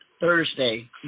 Thursday